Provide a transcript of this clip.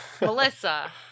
melissa